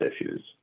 issues